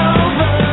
over